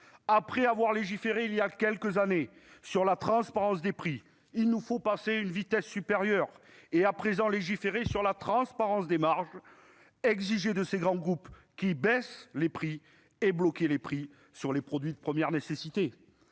Après avoir légiféré, il y a quelques années, sur la transparence des prix, il nous faut passer à la vitesse supérieure et légiférer à présent sur la transparence des marges, exiger de ces grands groupes qu'ils les réduisent et bloquer les prix sur les produits de première nécessité.